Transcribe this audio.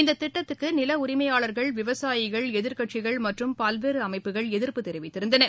இந்த திட்டத்துக்கு நில உரிமையாளர்கள் விவசாயிகள் எதிர்க்கட்சிகள் மற்றும் பல்வேறு அமைப்புகள் எதிர்ப்பு தெரிவித்திருந்தன